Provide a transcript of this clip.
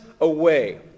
away